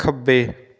ਖੱਬੇ